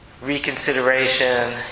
reconsideration